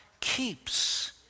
keeps